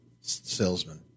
salesman